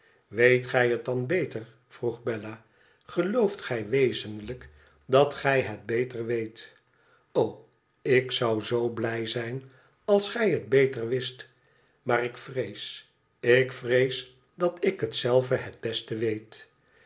weet gij het dan beter vroeg bella i gelooft gij wezenlijk dat gij het beter weet o ik zou zoo blij zijn als gij het beter wist mrik vrees ik vrees dat ik het zelve het beste weet